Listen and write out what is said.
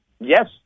Yes